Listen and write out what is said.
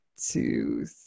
two